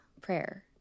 prayer